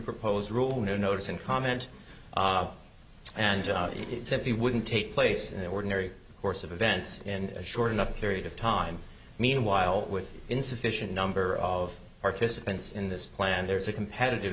proposed rule new notice and comment and it said he wouldn't take place in the ordinary course of events in a short enough period of time meanwhile with insufficient number of participants in this plan there's a competitive